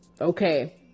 okay